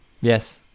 Yes